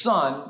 Son